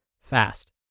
fast